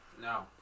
No